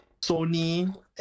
sony